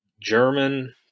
German